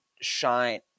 shine